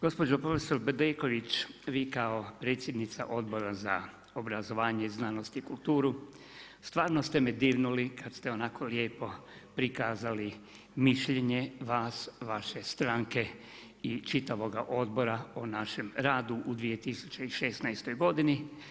Gospođo profesor Bedeković, vi kao predsjednica Odbora za obrazovanje, znanost i kulturu stvarno ste me dirnuli kad ste onako lijepo prikazali mišljenje vas, vaše stranke i čitavoga odbora o našem radu u 2016. godini.